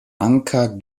anker